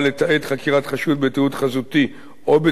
חקירת חשוד בתיעוד חזותי או בתיעוד קולי,